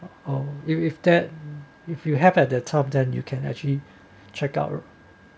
oh if if that if you have at the top then you can actually check out